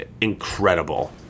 incredible